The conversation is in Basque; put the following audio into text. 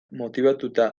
motibatuta